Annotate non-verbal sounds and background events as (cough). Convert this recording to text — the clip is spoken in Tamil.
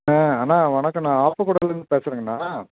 அண்ணா வணக்கன்னா (unintelligible) பேசுறங்கனா